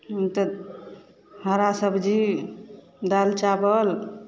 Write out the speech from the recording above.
तऽ हरा सब्जी दालि चावल